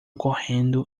correndo